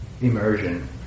immersion